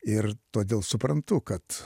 ir todėl suprantu kad